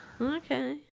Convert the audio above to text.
Okay